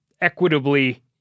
equitably